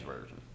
Version